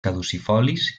caducifolis